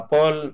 Paul